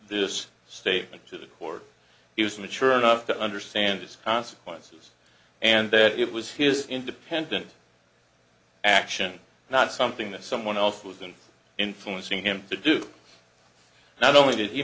this statement to the court he was mature enough to understand his consequences and it was his independent action not something that someone else was in influencing him to do not only did he